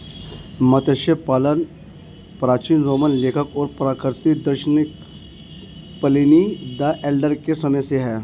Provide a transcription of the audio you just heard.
मत्स्य पालन प्राचीन रोमन लेखक और प्राकृतिक दार्शनिक प्लिनी द एल्डर के समय से है